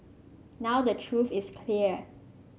now the truth is clear